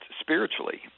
spiritually